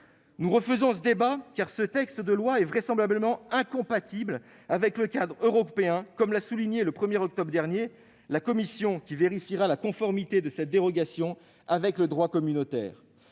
Nous refusons ce débat, car ce texte de loi est vraisemblablement incompatible avec le cadre européen, comme l'a souligné le 1 octobre dernier la Commission européenne, qui vérifiera la conformité de cette dérogation avec le droit communautaire.